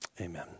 Amen